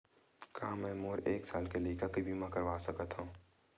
का मै मोर एक साल के लइका के बीमा करवा सकत हव?